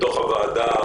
בתוך הוועדה,